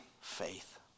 faith